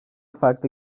farklı